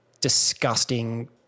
disgusting